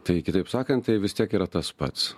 tai kitaip sakant tai vis tiek yra tas pats